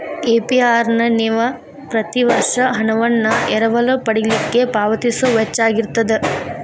APR ನ ನೇವ ಪ್ರತಿ ವರ್ಷ ಹಣವನ್ನ ಎರವಲ ಪಡಿಲಿಕ್ಕೆ ಪಾವತಿಸೊ ವೆಚ್ಚಾಅಗಿರ್ತದ